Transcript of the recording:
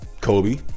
Kobe